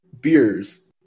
beers